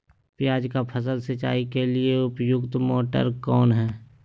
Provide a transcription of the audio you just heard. प्याज की फसल सिंचाई के लिए उपयुक्त मोटर कौन है?